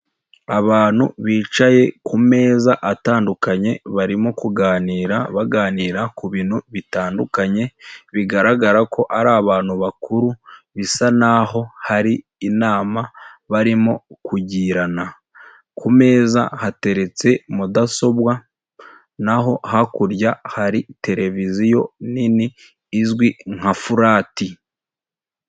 Abantu bicaye ku meza atandukanye barimo kuganira baganira ku bintu bitandukanye, bigaragara ko ari abantu bakuru, bisa n'aho hari inama barimo kugirana, ku meza hateretse mudasobwa naho hakurya hari televiziyo nini izwi nka furati.